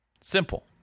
Simple